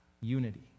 unity